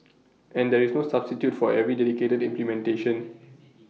and there is no substitute for very dedicated implementation